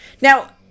now